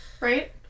Right